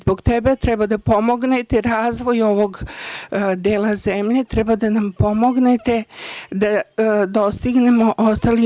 Zbog toga treba da pomognete razvoju ovog dela zemlje i da nam pomognete da dostignemo ostali